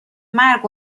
مرگ